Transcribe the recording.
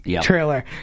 trailer